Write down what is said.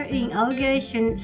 inauguration